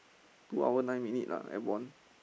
two hour nine minute lah airborne